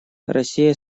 россия